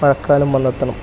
മഴക്കാലം വന്നെത്തണം